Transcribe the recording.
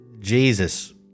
Jesus